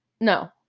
No